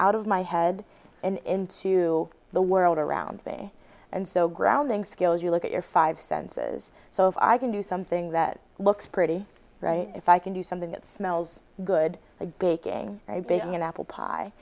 out of my head and into the world around me and so grounding skills you look at your five senses so if i can do something that looks pretty right if i can do something that smells good a geek and i bake and apple pie